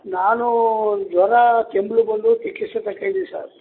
ನಾನು ಜ್ವರ ಕೆಮ್ಮು ಬಂದು ಚಿಕಿತ್ಸೆ ತಕಂಡೆ ಸರ್